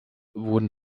wurden